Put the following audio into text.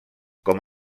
com